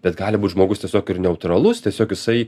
bet gali būt žmogus tiesiog ir neutralus tiesiog jisai